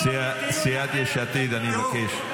--- סיעת יש עתיד, אני מבקש.